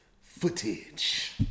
footage